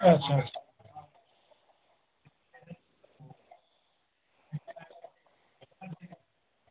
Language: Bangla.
আচ্ছা আচ্ছা